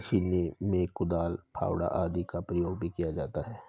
कृषि में कुदाल तथा फावड़ा आदि का प्रयोग भी किया जाता है